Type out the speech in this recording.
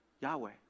Yahweh